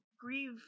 grieve